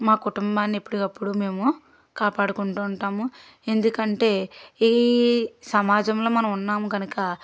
మా కుటుంబాన్ని ఎప్పటికప్పుడు మేము కాపాడుకుంటూ ఉంటాము ఎందుకంటే ఈ సమాజంలో మనము ఉన్నాము కనుక